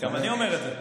גם אני אומר את זה.